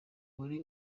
muri